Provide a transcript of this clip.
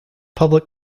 public